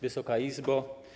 Wysoka Izbo!